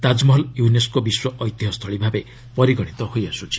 Taj Mahal UNESCO ବିଶ୍ୱଐତିହ୍ୟସ୍କୁଳୀ ଭାବେ ପରିଗଣିତ ହୋଇ ଆସୁଛି